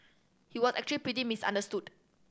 he were actually pretty misunderstood